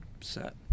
set